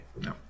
No